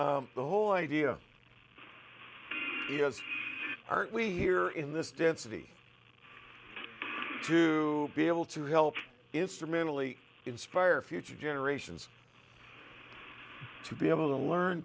the whole idea aren't we here in this density to be able to help instrumentally inspire future generations to be able to learn